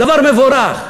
דבר מבורך.